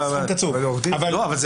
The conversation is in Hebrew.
יש